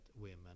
women